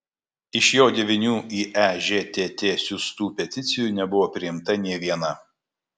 iš jo devynių į ežtt siųstų peticijų nebuvo priimta nė viena